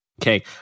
Okay